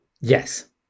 Yes